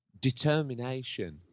determination